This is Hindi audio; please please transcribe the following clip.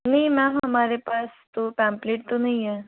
नहीं मैम हमारे पास तो पैम्पलेट तो नहीं है